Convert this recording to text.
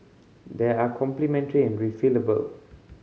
they are complementary and refillable